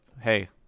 Hey